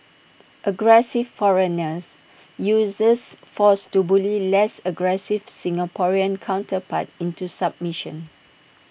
aggressive foreigners uses force to bully less aggressive Singaporean counterpart into submission